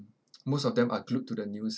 most of them are glued to the news